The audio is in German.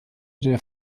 der